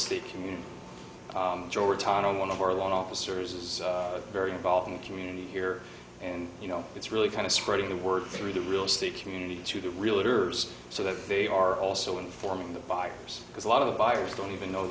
estate community georgetown on one of our loan officers is very involved in the community here and you know it's really kind of spreading the word through the real estate community to the real interest so that they are also informing the buyers because a lot of the buyers don't even know